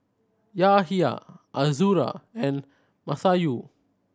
Yahya Azura and Masayu